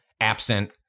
absent